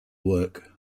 work